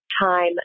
time